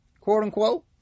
Quote-unquote